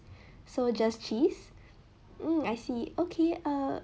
so just cheese mm I see okay err